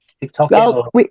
TikTok